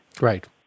Right